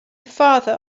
father